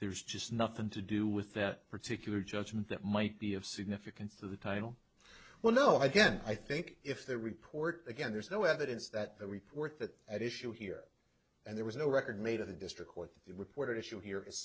there's just nothing to do with that particular judgment that might be of significance to the title well no i guess i think if the report again there's no evidence that the report that at issue here and there was no record made of the district court reporter issue here is